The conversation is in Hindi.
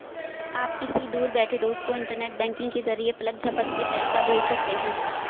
आप किसी दूर बैठे दोस्त को इन्टरनेट बैंकिंग के जरिये पलक झपकते पैसा भेज सकते हैं